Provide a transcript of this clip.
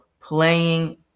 playing